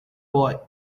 boy